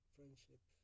Friendship